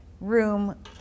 room